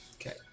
Okay